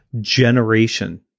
generation